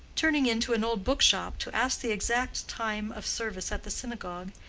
turning into an old book-shop to ask the exact time of service at the synagogue,